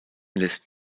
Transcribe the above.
lässt